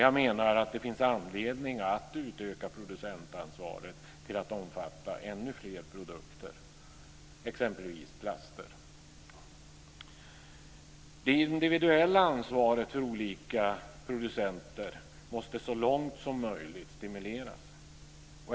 Jag menar att det finns anledning att utöka producentansvaret till att omfatta ännu fler produkter, exempelvis plaster. Det individuella ansvaret för olika producenter måste så långt som möjligt stimuleras.